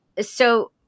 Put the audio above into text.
So-